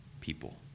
people